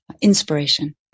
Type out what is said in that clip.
inspiration